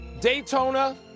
Daytona